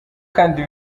kandi